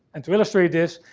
and to illustrate this,